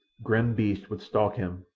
grim beasts would stalk him,